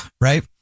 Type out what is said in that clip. right